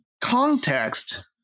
context